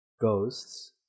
Ghosts